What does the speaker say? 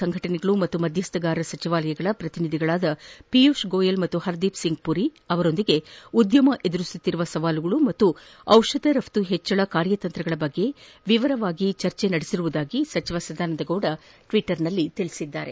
ಸಂಘಟನೆಗಳು ಮತ್ತು ಮಧ್ಯಸ್ಥಗಾರ ಸಚಿವಾಲಯಗಳ ಶ್ರತಿನಿಧಿಗಳಾದ ಪಿಯೂಷ್ ಗೋಯಲ್ ಮತ್ತು ಹರ್ದೀಪ್ ಸಿಂಗ್ ಪುರಿ ಅವರೊಂದಿಗೆ ಉದ್ದಮ ಎದುರಿಸುತ್ತಿರುವ ಸವಾಲುಗಳು ಮತ್ತು ದಿಷಧ ರಪ್ತು ಹೆಚ್ಚಿಸುವ ಕಾರ್ಯತಂತ್ರಗಳ ಕುರಿತು ವಿವರವಾದ ಚರ್ಚೆ ನಡೆಸಿರುವುದಾಗಿ ಸಚಿವ ಸದಾನಂದಗೌಡ ಟ್ವೀಟ್ ಮಾಡಿದ್ದಾರೆ